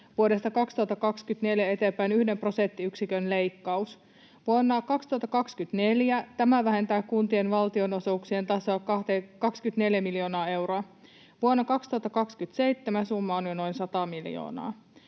vuodesta 2024 eteenpäin yhden prosenttiyksikön leikkaus. Vuonna 2024 tämä vähentää kuntien valtionosuuksien tasoa 24 miljoonaa euroa. Vuonna 2027 summa on jo noin 100 miljoonaa.